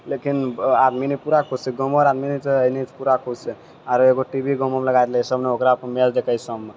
लेकिन आब मने पूरा कोशिश गौंवोरे आदमी तऽ एनि पूरा खुश छै आरु एकगो टी वी गाँवमे लगा देलकै सभ नी ओकरापर मैच देखै छै सभ नी